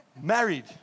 Married